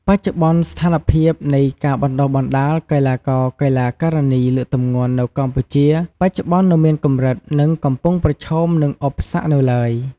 បច្ចុប្បន្នស្ថានភាពនៃការបណ្តុះបណ្តាលកីឡាករ-កីឡាការិនីលើកទម្ងន់នៅកម្ពុជាបច្ចុប្បន្ននៅមានកម្រិត និងកំពុងប្រឈមនឹងឧបសគ្គនៅឡើយ។